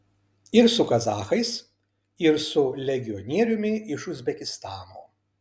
ir su kazachais ir su legionieriumi iš uzbekistano